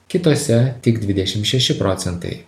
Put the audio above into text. kitose tik dvidešim šeši procentai